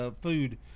food